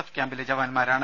F ക്യാമ്പിലെ ജവാൻമാരാണ്